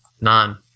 none